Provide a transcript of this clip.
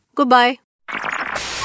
goodbye